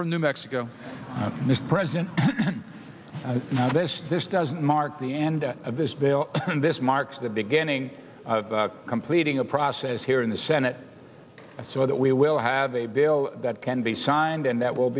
from new mexico this president and this this does mark the end of this bill and this marks the beginning of completing a process here in the senate so that we will have a bill that can be signed and that will